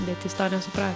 bet jis to nesupra